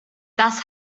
das